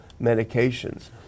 medications